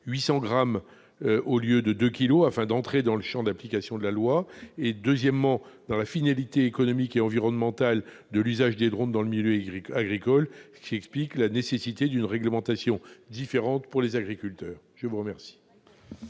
800 grammes au lieu de 2 kilos -, afin d'entrer dans le champ d'application de la loi et, deuxièmement, dans la finalité économique et environnementale de l'usage des drones dans le milieu agricole. Cela explique la nécessité d'une réglementation différente pour les agriculteurs. Quel